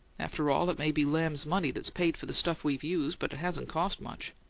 after all, it may be lamb's money that's paid for the stuff we've used, but it hasn't cost much.